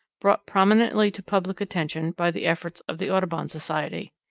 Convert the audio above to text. brought prominently to public attention by the efforts of the audubon society.